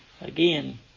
Again